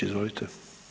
Izvolite.